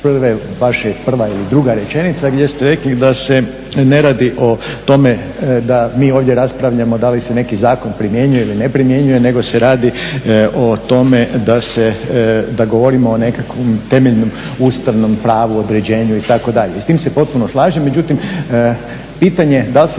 jedna od vaših prva ili druga rečenica gdje ste rekli da se ne radi o tome da mi ovdje raspravljamo da li se neki zakon primjenjuje ili ne primjenjuje nego s radi o tome da govorimo o nekakvom temeljnom ustavnom pravu, određenju itd. i s tim se potpuno slažem. Međutim, pitanje da li se